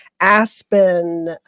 aspen